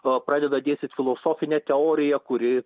a pradeda dėstyt filosofinę teoriją kuri